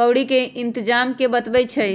क्औरी के इतजाम के बतबै छइ